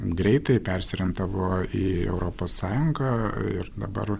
greitai persiorientavo į europos sąjungą ir dabar